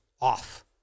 off